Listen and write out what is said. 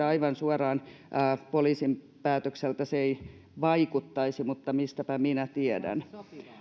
aivan suoraan poliisin päätökseltä se ei vaikuttaisi mutta mistäpä minä tiedän